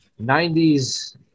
90s